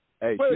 Hey